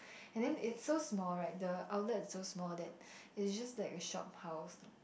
and then it's so small right the outlet is so small that it is just like a shop house